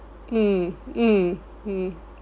mm mm mm